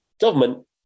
government